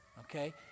Okay